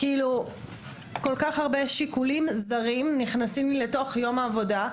כל כך הרבה שיקולים זרים נכנסים לי לתוך יום העבודה,